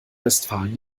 westfalen